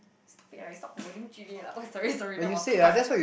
stop it lah you stop promoting Jun-Yi lah oh sorry sorry that was hard